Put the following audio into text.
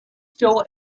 still